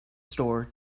store